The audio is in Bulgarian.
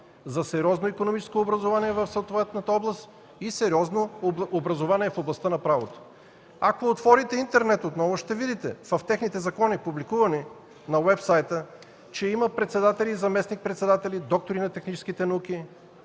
за сериозно икономическо образование в съответната област и сериозно образование в областта на правото. Ако отворите интернет отново ще видите в техните публикувани закони на уеб-сайта, че има председатели, заместник-председатели, които са доктори на техническите науки,